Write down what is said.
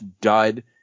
dud